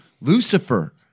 Lucifer